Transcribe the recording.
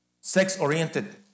sex-oriented